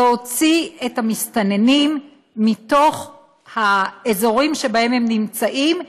להוציא את המסתננים מתוך האזורים שבהם הם נמצאים,